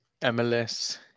MLS